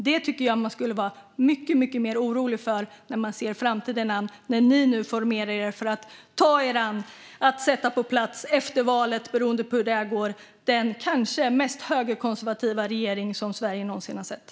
Det tycker jag att man skulle vara mycket mer orolig för när man ser på framtiden och konstaterar att ni nu formerar er för att efter valet, beroende på hur det går, sätta på plats den kanske mest högerkonservativa regering som Sverige någonsin har sett.